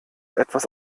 etwas